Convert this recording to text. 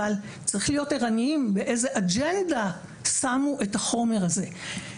אבל צריך להיות ערניים לגבי האג'נדה שבגללה שמו את החומר הזה.